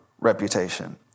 reputation